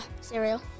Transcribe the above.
cereal